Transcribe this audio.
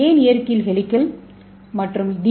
ஏ ஏன் இயற்கையில் ஹெலிகல் மற்றும் டி